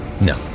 No